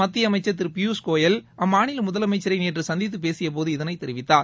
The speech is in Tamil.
மத்தியஅமைச்சர் திருபியூஷ் ஊயல் அம்மாநிலமுதலமைச்சரைநேற்றுசந்தித்துபேசியபோது இதனைத் தெரிவித்தார்